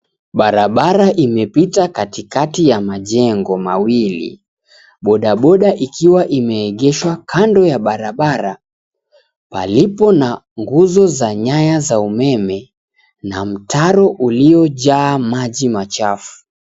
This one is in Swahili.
Barabara imepita katikati ya majengo mawili. Bodaboda ikiwa imeegeshwa kando ya barabara palipo na nguzo za nyaya za umeme na mtaro uliyojaa maji machafu.